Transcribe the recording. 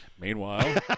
meanwhile